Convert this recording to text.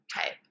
type